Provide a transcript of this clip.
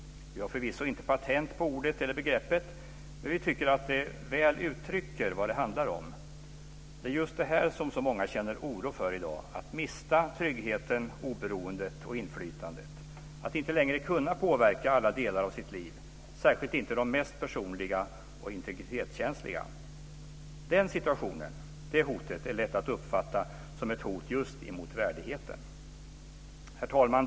Vi har förvisso inte patent på ordet eller begreppet, men vi tycker att det väl uttrycker vad det handlar om. Det är just detta som så många känner oro för i dag, dvs. att mista tryggheten, oberoendet och inflytandet, att inte längre kunna påverka alla delar av sitt liv, särskilt inte de mest personliga och integritetskänsliga. Den situationen är lätt att uppfatta som ett hot just mot värdigheten. Herr talman!